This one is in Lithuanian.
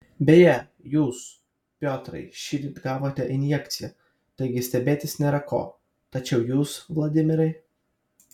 beje jūs piotrai šįryt gavote injekciją taigi stebėtis nėra ko tačiau jūs vladimirai